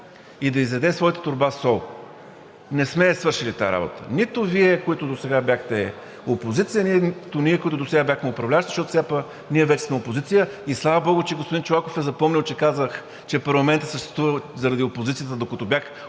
и да изяде своята торба сол. Не сме я свършили тази работа. Нито Вие, които досега бяхте опозиция, нито ние, които досега бяхме управляващи, защото пък сега ние вече сме опозиция и, слава богу, че господин Чолаков е запомнил, че казах, че парламентът съществува заради опозицията, докато бях